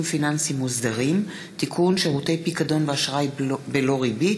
פיננסיים מוסדרים) (תיקון) (שירותי פיקדון ואשראי בלא ריבית),